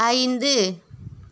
ஐந்து